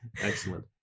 Excellent